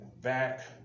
back